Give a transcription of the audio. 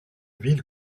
ville